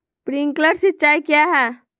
Sprinkler सिंचाई क्या है?